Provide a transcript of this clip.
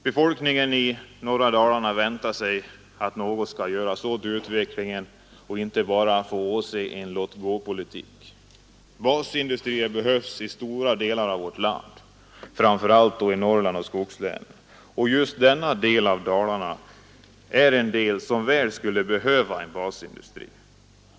Befolkningen i norra Dalarna väntar sig att något skall göras åt utvecklingen, så att man inte bara får åse en låtgåpolitik. Basindustrier behövs i en stor del av vårt land, framför allt då i Norrland och i skogslänen, och just denna del av Dalarna är en bygd som väl skulle behöva en basindustri.